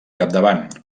capdavant